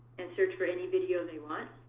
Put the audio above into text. and search for any video they want,